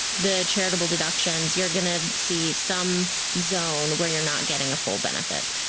the charitable deductions you're going to see some zone where you're not getting a full benefit.